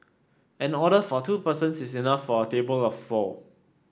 an order for two persons is enough for a table of four